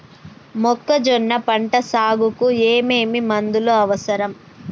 మొక్కజొన్న పంట సాగుకు ఏమేమి మందులు అవసరం?